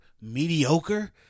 mediocre